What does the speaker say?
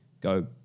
go